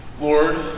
Lord